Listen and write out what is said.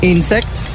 Insect